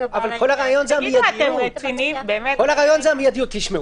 כל הרעיון זה המיידיות.